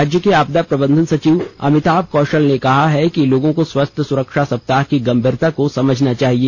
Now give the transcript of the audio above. राज्य के आपदा प्रबंधन सचिव अमिताभ कौषल ने कहा है कि लोगों को स्वास्थ्य सुरक्षा सप्ताह की गंभीरता को समझना चाहिए